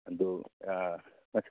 ꯑꯗꯨ